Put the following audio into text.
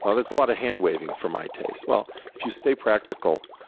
ah that's a lot of hand-waving for my taste. well, if you stay practical,